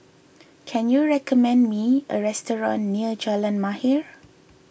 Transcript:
can you recommend me a restaurant near Jalan Mahir